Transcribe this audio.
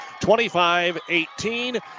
25-18